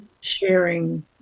sharing